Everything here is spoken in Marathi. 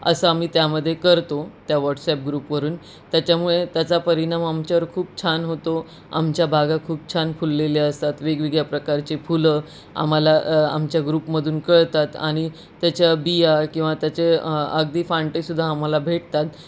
असं आम्ही त्यामध्ये करतो त्या व्हॉट्सॲप ग्रुपवरून त्याच्यामुळे त्याचा परिणाम आमच्यावर खूप छान होतो आमच्या बागा खूप छान फुललेले असतात वेगवेगळ्या प्रकारचे फुलं आम्हाला आमच्या ग्रुपमधून कळतात आणि त्याच्या बिया किंवा त्याचे अगदी फाटेसुद्धा आम्हाला भेटतात